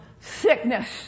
sickness